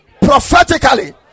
prophetically